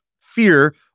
fear